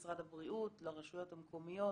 משרד הבריאות, לרשויות המקומיות